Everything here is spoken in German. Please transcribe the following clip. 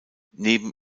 neben